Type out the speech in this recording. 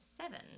seven